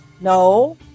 No